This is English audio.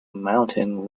mountain